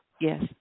Yes